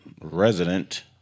resident